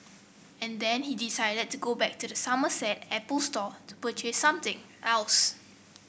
and then he decided to go back to the Somerset Apple Store to purchase something else